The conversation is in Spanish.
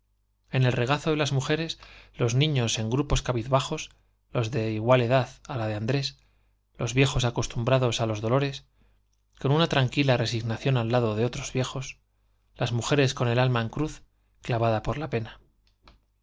en el regazo de las mujeres los niños en idilio y tragedia grupos cabizbajos los de igual edad á la de andrés los viejos acostumbrados á los dolores con una tran quila resignación al lado de otros viejos las mujeres con el alma en cruz clavada por la pena